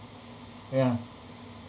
ya